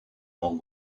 змогу